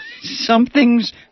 Something's